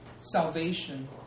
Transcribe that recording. salvation